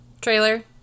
trailer